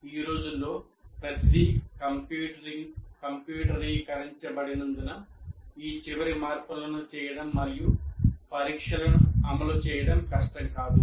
ఈ రోజుల్లో ప్రతిదీ కంప్యూటరీకరించబడినందున ఈ చివరి మార్పులను చేయడం మరియు పరీక్షలను అమలు చేయడం కష్టం కాదు